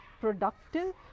productive